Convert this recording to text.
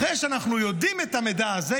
אחרי שאנחנו יודעים את המידע הזה,